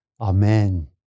amen